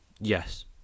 Yes